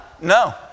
No